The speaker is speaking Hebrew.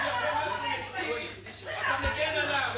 זה מה שיש להגיד עליו.